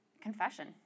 confession